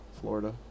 Florida